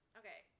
okay